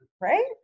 right